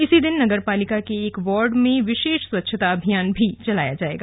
इसी दिन नगर पालिका के एक वार्ड में विशेष स्वच्छता अभियान भी चलाया जायेगा